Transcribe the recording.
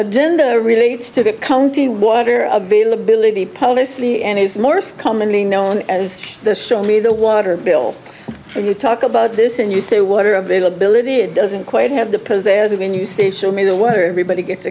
agenda relates to the county water availability policy and he's morse commonly known as the show me the water bill when you talk about this and you say water availability it doesn't quite have the going you say show me the water everybody gets